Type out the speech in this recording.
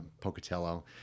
pocatello